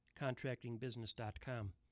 ContractingBusiness.com